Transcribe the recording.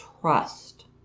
trust